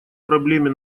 проблеме